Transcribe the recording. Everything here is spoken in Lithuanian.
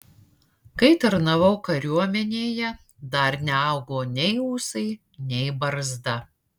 kai tarnavau kariuomenėje dar neaugo nei ūsai nei barzda